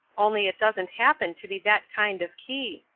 only it doesn't happen to be that kind of key.